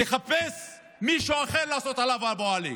תחפש מישהו אחר לעשות עליו אבו עלי,